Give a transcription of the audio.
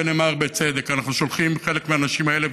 ונאמר בצדק: אנחנו שולחים חלק מהאנשים האלה,